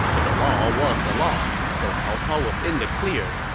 but the law was the law, so cao cao was in the clear.